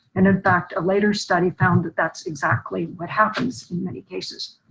and in fact, later study found that that's exactly what happens in many cases.